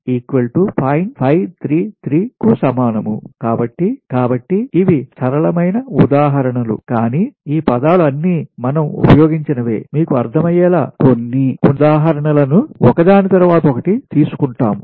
కు సమానము కాబట్టి కాబట్టి ఇవి సరళమైన ఉదాహరణలు కానీ ఈ పదాలు అన్నీ మనం ఉపయోగించినవే మీకు అర్థమయ్యేలా కొన్ని ఉదాహరణ లను ఒక దాని తరువాత ఒకటి తీసుకుంటాము